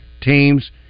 teams